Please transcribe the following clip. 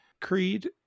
creed